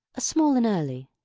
a small and early.